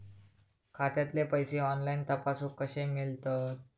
खात्यातले पैसे ऑनलाइन तपासुक कशे मेलतत?